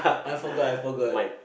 I forgot I forgot